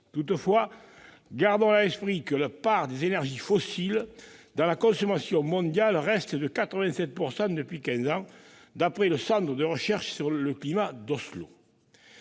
Toutefois, gardons à l'esprit que la part des énergies fossiles dans la consommation mondiale reste de 87 % depuis quinze ans, d'après le Centre de recherche international